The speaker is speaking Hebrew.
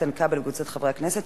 איתן כבל וקבוצת חברי הכנסת,